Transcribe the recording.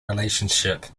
relationship